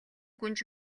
гүнж